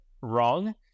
wrong